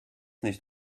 nicht